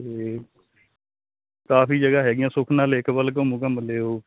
ਤੇ ਕਾਫੀ ਜਗ੍ਹਾ ਹੈਗੀਆਂ ਸੁਖਨਾ ਲੇਕ ਵਲ ਘੁੰਮ ਘੰਮ ਲਿਓ